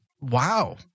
Wow